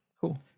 Cool